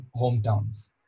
hometowns